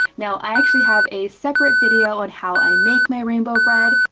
now i actually have a separate video on how i make my rainbow bread,